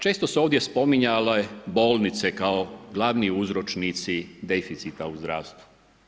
Često su se ovdje spominjale bolnice kao glavni uzročnici deficita u zdravstvu.